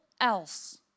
else